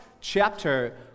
chapter